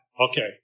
Okay